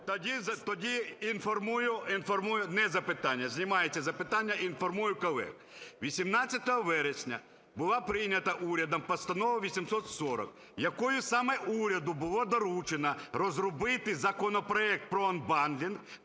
тоді інформую. Не запитання. Знімається запитання, інформую колег. 18 вересня була прийнята урядом Постанова 840, якою саме уряду було доручено розробити законопроект про анбандлінг.